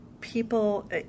people